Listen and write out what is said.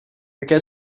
jaké